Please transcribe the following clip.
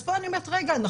אז פה אני אומרת: רגע,